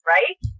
Right